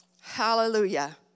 Hallelujah